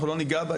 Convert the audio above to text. אנחנו לא ניגע בה,